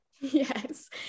Yes